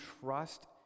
trust